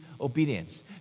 obedience